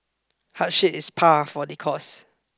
hardship is par for the course